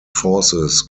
forces